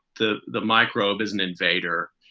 the the microbe is an invader.